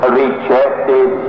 rejected